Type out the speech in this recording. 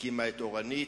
הקימה את "אורנית",